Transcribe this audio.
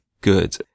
good